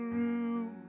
room